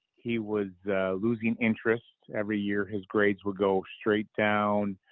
he was losing interest every year. his grades will go straight down.